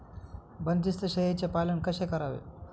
बंदिस्त शेळीचे पालन कसे करावे?